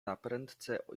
naprędce